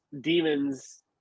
demons